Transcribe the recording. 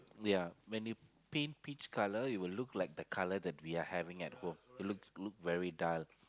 ya when they paint peach colour it will look like the colour that we are having at home it look look very dull